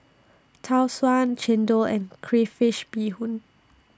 Tau Suan Chendol and Crayfish Beehoon